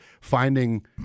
finding